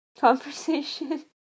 conversation